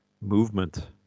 movement